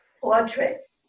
portrait